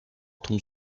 tombe